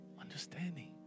Understanding